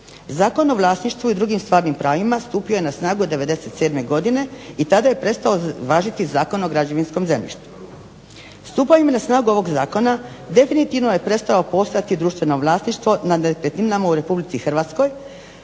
Zakon o vlasništvu i drugim stvarnim pravima stupio je na snagu '97. godine i tada je prestao važiti Zakon o građevinskom zemljištu. Stupanjem na snagu ovog Zakona definitivno je prestao postojati društveno vlasništvo nad nekretninama u Republici Hrvatskoj